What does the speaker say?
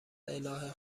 الهه